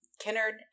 Kennard